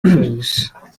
cruise